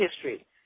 history